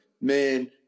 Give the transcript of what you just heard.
Man